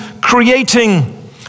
creating